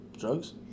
Drugs